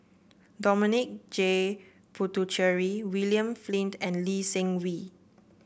Dominic J Puthucheary William Flint and Lee Seng Wee